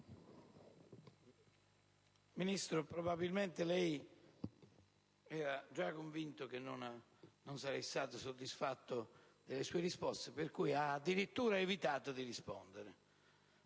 Ministro, probabilmente lei era già convinto che non sarei stato soddisfatto delle sue risposte, per cui ha addirittura evitato di rispondere.